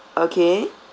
okay